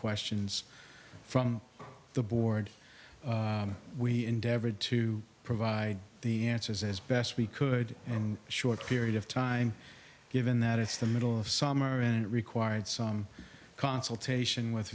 questions from the board we endeavored to provide the answers as best we could in short period of time given that it's the middle of summer and it required some consultation with